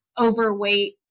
overweight